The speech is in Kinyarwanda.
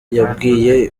yabwiye